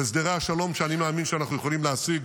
על הסדרי השלום שאני מאמין שאנחנו יכולים להשיג